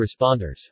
responders